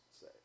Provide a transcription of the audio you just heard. say